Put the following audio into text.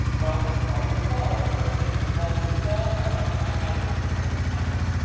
well, i should probably call that person. the problem is solved. i've gotten my output, the person's number.